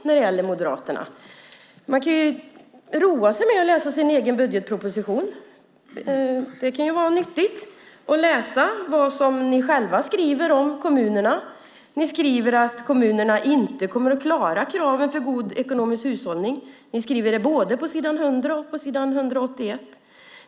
Peter Norman kan ju roa sig med att läsa regeringens budgetproposition. Det kan vara nyttigt att läsa vad ni själva skriver om kommunerna. Ni skriver att kommunerna inte kommer att klara kraven för god ekonomisk hushållning. Det står både på s. 100 och s. 181.